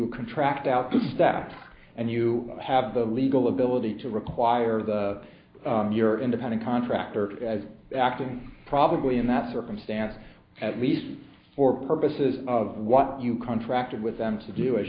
contract out two steps and you have the legal ability to require the your independent contractor acting probably in that circumstance at least for purposes of what you contracted with them to do as